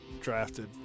drafted